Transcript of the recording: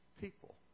people